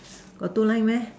got two line meh